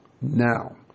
now